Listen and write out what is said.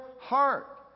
heart